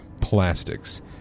Plastics